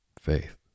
Faith